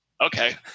Okay